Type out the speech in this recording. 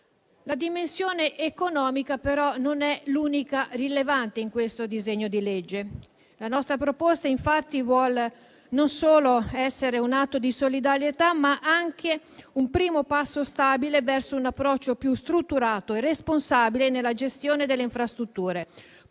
La dimensione economica, però, non è l'unica rilevante in questo disegno di legge. La nostra proposta, infatti, non vuole solo essere un atto di solidarietà, ma anche un primo passo stabile verso un approccio più strutturato e responsabile nella gestione delle infrastrutture.